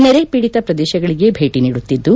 ನೆರೆ ಪೀಡಿತ ಪ್ರದೇಶಗಳಿಗೆ ಭೇಟಿ ನೀಡುತ್ತಿದ್ದು